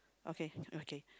okay okay